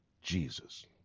Jesus